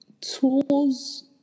tools